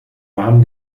warmen